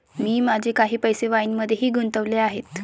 मी माझे काही पैसे वाईनमध्येही गुंतवले आहेत